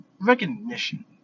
recognition